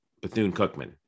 Bethune-Cookman